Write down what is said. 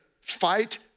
fight